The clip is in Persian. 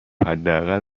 حداقل